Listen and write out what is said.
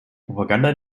propaganda